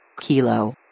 Kilo